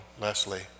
Leslie